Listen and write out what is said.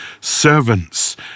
servants